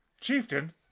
Chieftain